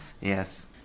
Yes